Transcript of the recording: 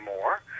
more